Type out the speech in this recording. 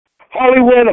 Hollywood